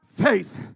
Faith